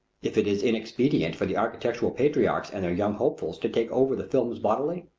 if it is inexpedient for the architectural patriarchs and their young hopefuls to take over the films bodily,